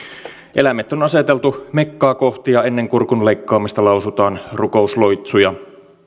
eläimet on on aseteltu mekkaa kohti ja ennen kurkun leikkaamista lausutaan rukousloitsuja